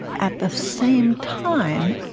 at the same time,